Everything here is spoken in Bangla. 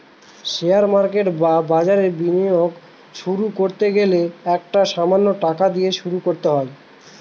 শেয়ার মার্কেট বা বাজারে বিনিয়োগ শুরু করতে গেলে একটা সামান্য টাকা দিয়ে শুরু করো